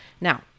Now